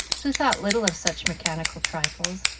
who thought little of such mechanical trifles,